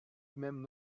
même